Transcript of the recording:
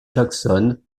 jackson